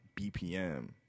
BPM